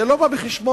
זה לא בא בחשבון.